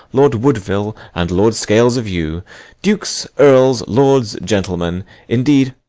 lord woodville, and, lord scales, of you dukes, earls, lords, gentlemen indeed,